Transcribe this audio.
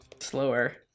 Slower